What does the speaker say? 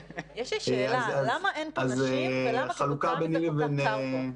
שאלה: למה אין פה נשים ולמה כל-כך קר פה?